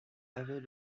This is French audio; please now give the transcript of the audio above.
avait